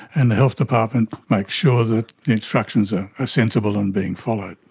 and the health department makes sure that the instructions are ah sensible and being followed.